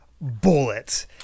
bullet